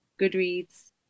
goodreads